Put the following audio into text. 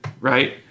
right